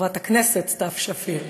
חברת הכנסת סתיו שפיר.